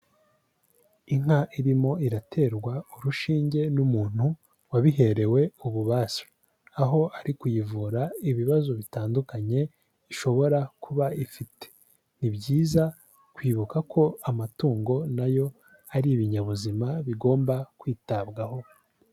Inka irimo iraterwa urushinge n'umuntu wabiherewe ububasha, aho ari kuyivura ibibazo bitandukanye ishobora kuba ifite. Ni byiza kwibuka ko amatungo na yo ari ibinyabuzima bigomba kwitabwaho.